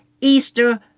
Easter